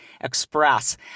express